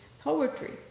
poetry